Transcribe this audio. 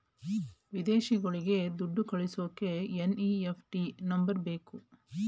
ವಿದೇಶಗಳಿಗೆ ದುಡ್ಡು ಕಳಿಸೋಕೆ ಎನ್.ಇ.ಎಫ್.ಟಿ ನಂಬರ್ ಬೇಕು